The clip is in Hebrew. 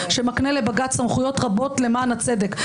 שמקנה לבג"ץ סמכויות רבות למען הצדק,